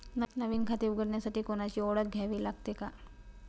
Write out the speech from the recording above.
नवीन खाते उघडण्यासाठी कोणाची ओळख द्यावी लागेल का?